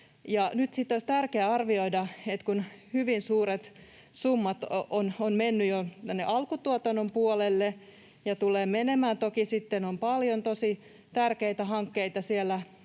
olisi tärkeä arvioida, kun hyvin suuret summat on mennyt jo tuonne alkutuotannon puolelle ja tulee menemään — toki sitten on paljon tosi tärkeitä hankkeita